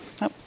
No